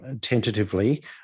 tentatively